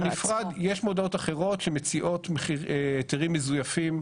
יש מודעות אחרות שמציעות היתרים מזויפים,